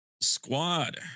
squad